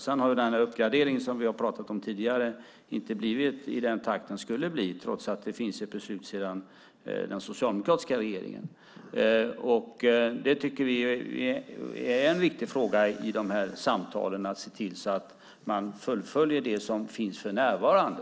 Sedan har den uppgradering som vi talat om tidigare inte skett i den takt den skulle ske trots att det finns ett beslut sedan den socialdemokratiska regeringen. Det är en viktig fråga i samtalen att se till att man fullföljer det som finns för närvarande.